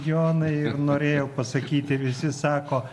jonai ir norėjau pasakyti visi sako